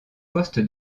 poste